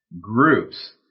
groups